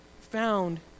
found